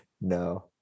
No